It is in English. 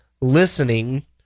listening